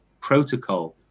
protocol